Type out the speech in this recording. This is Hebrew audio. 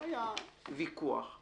היה ויכוח.